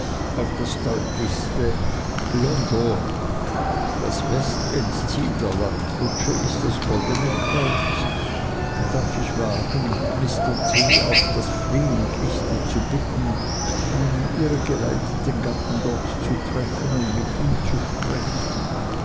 auf das deutlichste don das westendziel der landkutsche ist das goldne kreuz darf ich wagen mr t auf das flehentlichste zu bitten meinen irregeleiteten gatten dort zu treffen und mit ihm zu sprechen